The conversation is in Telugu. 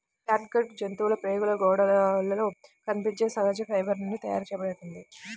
క్యాట్గట్ జంతువుల ప్రేగుల గోడలలో కనిపించే సహజ ఫైబర్ నుండి తయారు చేయబడుతుంది